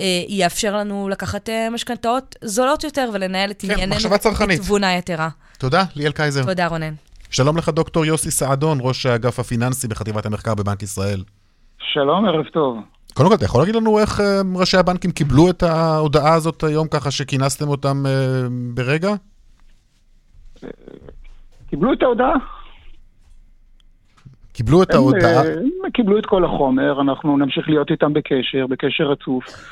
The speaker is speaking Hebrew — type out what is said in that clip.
אה, יאפשר לנו לקחת, אה, משכנתאות זולות יותר ולנהל את כן, ענייננו מחשבה צרכנית. בתבונה יתרה. תודה, ליאל קייזר. תודה, רונן. שלום לך, דוקטור יוסי סעדון, ראש האגף הפיננסי בחטיבת המחקר בבנק ישראל. שלום, ערב טוב. קודם כל, אתה יכול להגיד לנו איך, אה, ראשי הבנקים קיבלו את ההודעה הזאת היום, ככה שכינסתם אותם, אה, ברגע? אה, קיבלו את ההודעה? קיבלו את הם, ההודעה? אה, הם קיבלו את כל החומר, אנחנו נמשיך להיות איתם בקשר, בקשר רצוף.